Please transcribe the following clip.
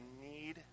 need